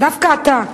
דווקא אתה,